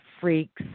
freaks